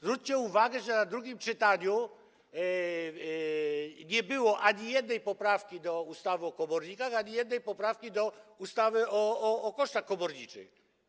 Zwróćcie uwagę, że w drugim czytaniu nie było zgłoszonej ani jednej poprawki do ustawy o komornikach, ani jednej poprawki do ustawy o kosztach komorniczych.